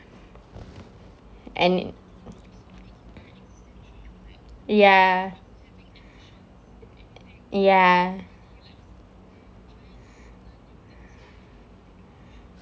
and ya ya